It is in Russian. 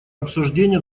обсуждение